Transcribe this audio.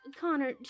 Connor